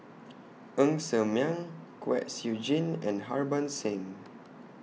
Ng Ser Miang Kwek Siew Jin and Harbans Singh